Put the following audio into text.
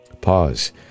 Pause